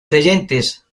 creyentes